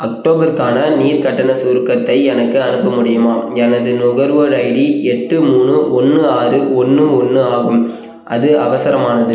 அக்டோபர்கான நீர் கட்டண சுருக்கத்தை எனக்கு அனுப்ப முடியுமா எனது நுகர்வோர் ஐடி எட்டு மூணு ஒன்று ஆறு ஒன்று ஒன்று ஆகும் அது அவசரமானது